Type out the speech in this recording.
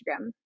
Instagram